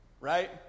right